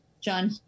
John